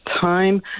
time